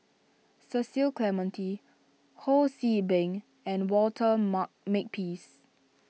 Cecil Clementi Ho See Beng and Walter Mark Makepeace